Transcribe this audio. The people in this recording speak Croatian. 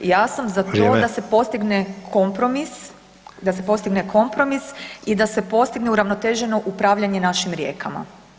Ja sam za to da se postigne [[Upadica Sanader: Vrijeme.]] kompromis, da se postigne kompromis i da se postigne uravnoteženo upravljanje našim rijekama.